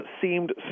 seemed